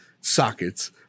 sockets